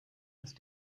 ist